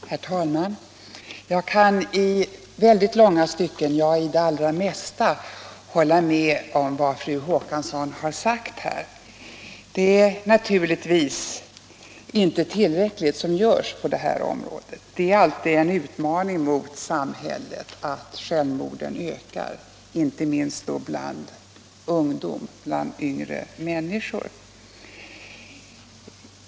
Herr talman! Jag kan i väldigt långa stycken, ja, i det allra mesta, hålla med om vad fru Håkansson har sagt. Det görs naturligtvis inte tillräckligt på det här området — det är alltid en utmaning mot samhället att självmorden ökar, inte minst bland yngre människor.